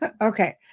okay